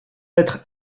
être